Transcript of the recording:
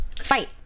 fight